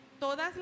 todas